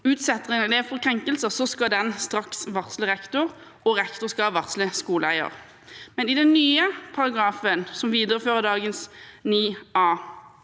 utsetter en elev for krenkelser, skal de straks varsle rektor, og rektor skal varsle skoleeier. I den nye paragrafen som viderefører dagens §